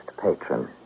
patron